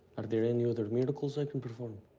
are there any other miracles i can perform?